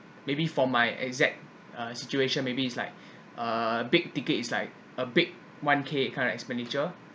maybe for my exact uh situation maybe it's like err big ticket is like a big one K kind of expenditure